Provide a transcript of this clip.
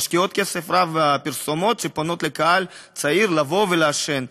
אשר משקיעות כסף רב בפרסומות שפונות לקהל הצעיר לבוא ולעשן.